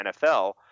NFL